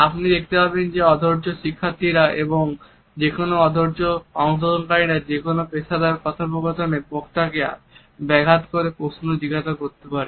আপনি দেখতে পাবেন যে অধৈর্য শিক্ষার্থীরা এবং যেকোনো অধৈর্য অংশগ্রহণকারীরা যেকোনো পেশাদার কথোপকথনে বক্তাকে ব্যাঘাত করে প্রশ্ন জিজ্ঞেস করতে পারে